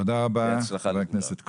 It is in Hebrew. תודה רבה חבר הכנסת כהן.